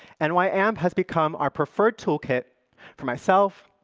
and why amp has become our preferred toolkit for myself,